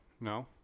no